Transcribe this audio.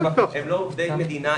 הם לא עובדי מדינה,